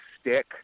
stick